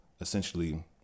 essentially